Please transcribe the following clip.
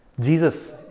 Jesus